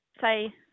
say